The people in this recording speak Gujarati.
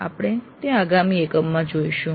આપણે તે આગામી એકમમાં જોઈશું